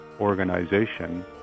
organization